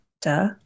duh